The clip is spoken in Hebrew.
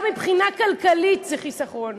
גם מבחינה כלכלית זה חיסכון,